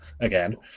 again